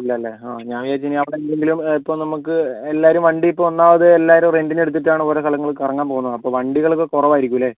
ഇല്ലല്ലേ ആ ഞാൻ വിചാരിച്ചു ഇനി അവിടെ എന്തെങ്കിലും ഇപ്പോൾ നമുക്ക് എല്ലാവരും വണ്ടി ഇപ്പോൾ ഒന്നാമതേ എല്ലാവരും റെൻ്റിനെടുത്തിട്ടാണ് ഓരോ സ്ഥലങ്ങൾ കറങ്ങാൻ പോകുന്നത് അപ്പോൾ വണ്ടികൾ ഇപ്പോൾ കുറവായിരിക്കും അല്ലേ